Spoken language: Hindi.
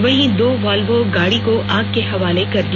वहीं दो वाल्वो गाड़ी को आग के हवाले कर दिया